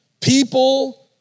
people